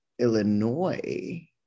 illinois